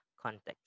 context